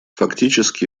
фактически